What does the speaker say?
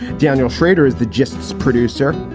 daniel schrader is the justice producer.